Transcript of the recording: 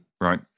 Right